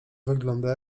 wygląda